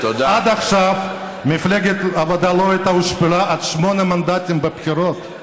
עד עכשיו מפלגת העבודה לא הושפלה עד שמונה מנדטים בבחירות.